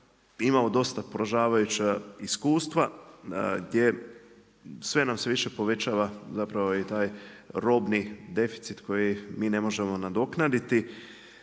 imamo dosta poražavajuća iskustva gdje sve nam se više povećava robni deficit koji mi ne možemo nadoknaditi.